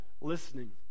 listening